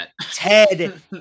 Ted